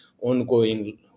ongoing